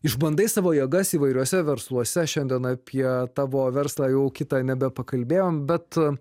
išbandai savo jėgas įvairiuose versluose šiandien apie tavo verslą jau kitą nebepakalbėjom bet